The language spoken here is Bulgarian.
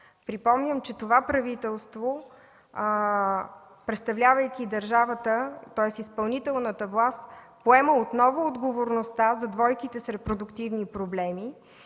Припомням, че това правителство, представлявайки държавата, тоест изпълнителната власт, поема отново отговорността за двойките с репродуктивни проблеми